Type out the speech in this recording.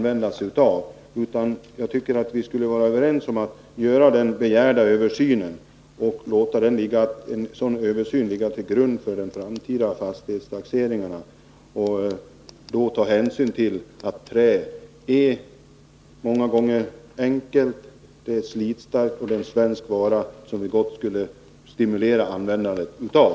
Vi borde göra den begärda översynen och låta den ligga till grund för de framtida fastighetstaxeringarna. Då borde vi också ta hänsyn till att trä många gånger är enkelt att använda, är slitstarkt och är en svensk vara som vi gott skulle kunna stimulera användandet av.